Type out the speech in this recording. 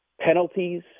penalties